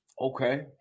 Okay